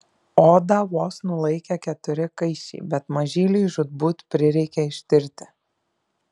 odą vos nulaikė keturi kaiščiai bet mažyliui žūtbūt prireikė ištirti